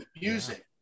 Music